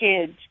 kids